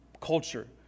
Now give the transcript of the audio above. culture